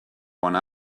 one